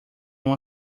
uma